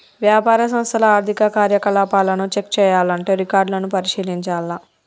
వ్యాపార సంస్థల ఆర్థిక కార్యకలాపాలను చెక్ చేయాల్లంటే రికార్డులను పరిశీలించాల్ల